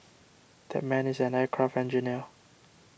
that man is an aircraft engineer